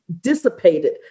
Dissipated